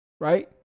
right